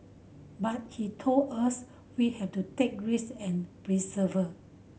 but he told us we have to take risk and persevere